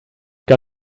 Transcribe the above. got